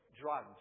drugs